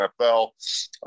NFL